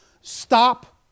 stop